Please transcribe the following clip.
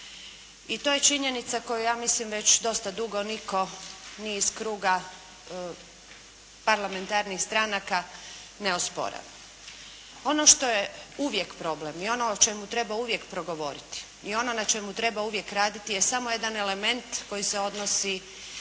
I to je činjenica koju ja mislim već dosta dugo nitko ni iz kruga parlamentarnih stranaka ne osporava. Ono što je uvijek problem i ono o čemu treba uvijek progovoriti i ono na čemu treba uvijek raditi je samo jedan element koji se odnosi